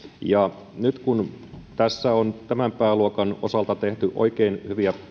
ja nyt kun tässä on tämän pääluokan osalta tehty oikein hyviä